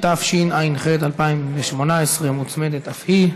התשע"ח 2018, מוצמדת אף היא.